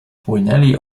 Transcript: płynęli